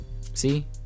See